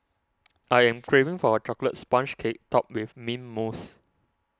I am craving for a Chocolate Sponge Cake Topped with Mint Mousse